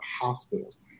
hospitals